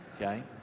Okay